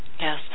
Yes